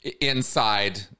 Inside